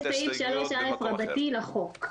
זה קבוע בסעיף 3א רבתי לחוק.